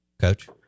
Coach